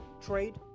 trade